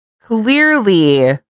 clearly